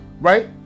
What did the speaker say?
right